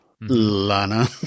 Lana